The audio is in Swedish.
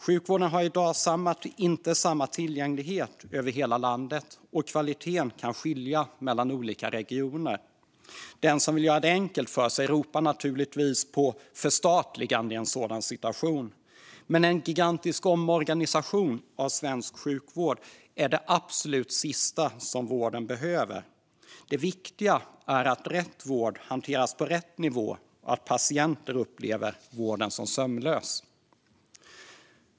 Sjukvården har i dag inte samma tillgänglighet över hela landet, och kvaliteten kan skilja sig mellan olika regioner. Den som vill göra det enkelt för sig ropar naturligtvis på förstatligande i en sådan situation, men en gigantisk omorganisation av svensk sjukvård är det absolut sista vården behöver. Det viktiga är att rätt vård hanteras på rätt nivå och att patienterna upplever vården som sömlös.